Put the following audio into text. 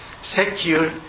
secure